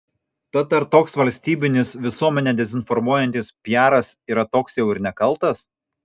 tad ar toks valstybinis visuomenę dezinformuojantis piaras yra toks jau ir nekaltas